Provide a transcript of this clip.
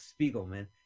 spiegelman